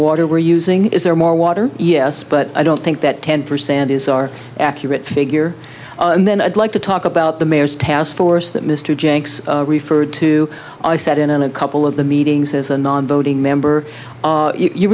water we're using is there more water yes but i don't think that ten percent is our accurate figure and then i'd like to talk about the mayor's task force that mr jenks referred to i sat in on a couple of the meetings as a non voting member you